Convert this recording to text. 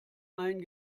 ein